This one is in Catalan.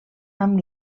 amb